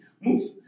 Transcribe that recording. Move